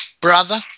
Brother